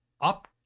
up